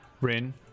Rin